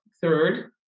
Third